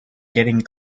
getting